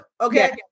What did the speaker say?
okay